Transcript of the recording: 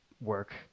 work